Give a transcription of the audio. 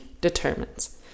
determines